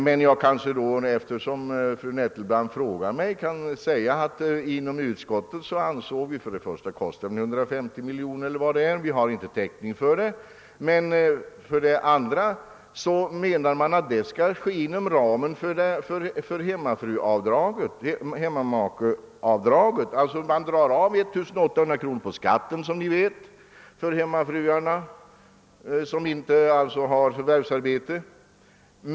Men eftersom fru Nettel brandt frågade mig kan jag tala om att utskottsmajoriteten tog hänsyn till att kostnaden ändå skulle uppgå till ca 150 miljoner för vilket det saknas täckning. Dessutom var det ju meningen att detta skulle ske inom ramen för hemmamakeavdraget. Som bekant drar man av 1 800 kr. på skatten för hemmafruar utan förvärvsarbete.